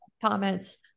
comments